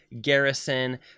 Garrison